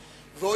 אלסאנע.